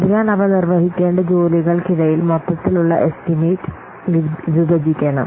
അതിനാൽ അവ നിർവഹിക്കേണ്ട ജോലികൾക്കിടയിൽ മൊത്തത്തിലുള്ള എസ്റ്റിമേറ്റ് വിഭജിക്കണം